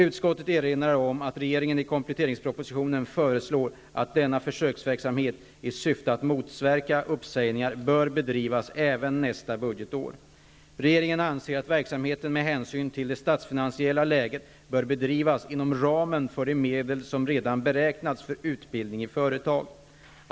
Utskottet erinrar om att regeringen i kompletteringspropositionen föreslår att denna försöksverksamhet -- i syfte att motverka uppsägningar -- bör bedrivas även nästa budgetår. Regeringen anser att verksamheten med hänsyn till det statsfinansiella läget bör bedrivas inom ramen för de medel som redan beräknats för utbildning i företag.